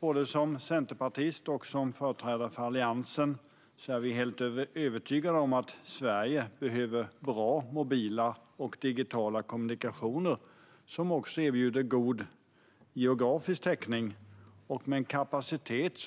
Både som centerpartist och som företrädare för Alliansen är jag helt övertygad om att Sverige behöver bra mobila och digitala kommunikationer som erbjuder god geografisk täckning, och med tillräcklig kapacitet